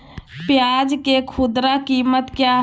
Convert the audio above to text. प्याज के खुदरा कीमत क्या है?